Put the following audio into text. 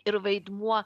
ir vaidmuo